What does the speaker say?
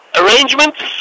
arrangements